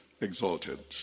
exalted